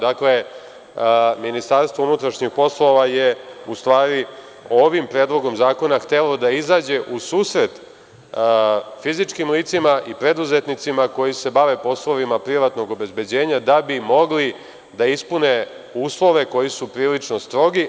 Dakle, MUP je u stvari, ovim Predlogom zakona htelo da izađe u susret fizičkim licima i preduzetnicima koji se bave poslovima privatnog obezbeđenja da bi mogliispune uslove koji su prilično strogi.